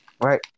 Right